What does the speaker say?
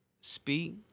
Speak